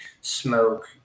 smoke